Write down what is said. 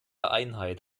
einheit